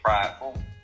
prideful